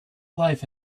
life